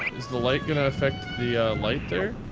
is the light going to affect the, ah, light there?